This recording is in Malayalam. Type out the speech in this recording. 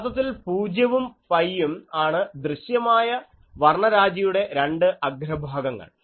യഥാർത്ഥത്തിൽ പൂജ്യവും പൈയ്യും ആണ് ദൃശ്യമായ വർണ്ണരാജിയുടെ രണ്ട് അഗ്രഭാഗങ്ങൾ